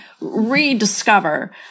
rediscover